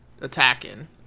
attacking